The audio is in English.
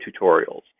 tutorials